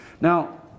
Now